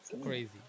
Crazy